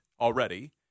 already